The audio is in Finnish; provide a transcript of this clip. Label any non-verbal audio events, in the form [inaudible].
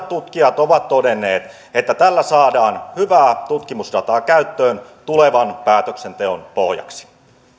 [unintelligible] tutkijat ovat todenneet että tällä saadaan hyvää tutkimusdataa käyttöön tulevan päätöksenteon pohjaksi